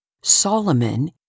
Solomon